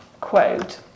quote